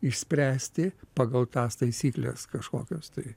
išspręsti pagal tas taisykles kažkokius tai